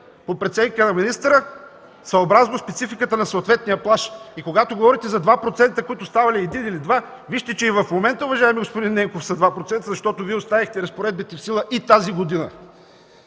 по преценка на министъра, съобразно спецификата на съответния плаж. Когато говорите за 2%, които станали 1 или 2%, вижте, че и в момента, уважаеми господин Ненков, са 2%, защото Вие оставихте разпоредбите в сила и тази година.